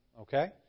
Okay